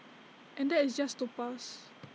and that is just to pass